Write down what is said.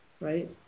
right